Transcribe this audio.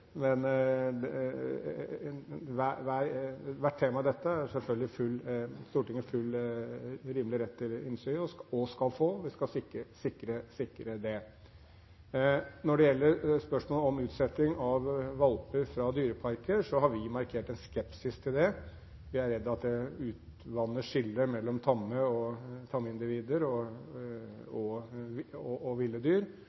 men i hvert tema har Stortinget selvfølgelig full rett til innsyn, og det skal det få. Vi skal sikre det. Når det gjelder spørsmålet om utsetting av valper fra dyreparker, har vi markert en skepsis til det. Vi er redd for at det utvanner skillet mellom tamme individer og ville dyr, og